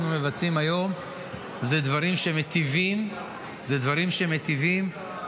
מבצעים היום אלה דברים שמיטיבים ועוזרים,